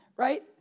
Right